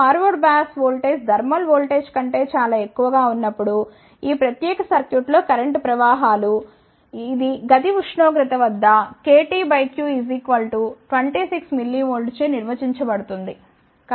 forward bias voltage thermal voltage కంటే చాలా ఎక్కువగా ఉన్నప్పుడు ఈ ప్రత్యేక సర్క్యూట్లో కరెంట్ ప్రవాహాలు ఇది గది ఉష్ణోగ్రత వద్ద KT q 26 mV చే నిర్వచించబడుతుంది